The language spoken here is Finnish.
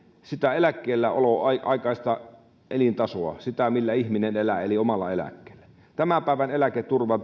sitä eläkkeellä olon aikaista elintasoa sitä millä ihminen elää eli omaa eläkettään tiedetään että tämän päivän eläketurva